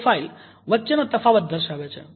profile વચ્ચેનો તફાવત દર્શાવે છે